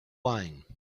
wine